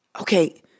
okay